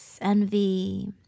envy